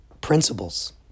principles